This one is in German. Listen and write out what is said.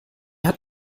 hat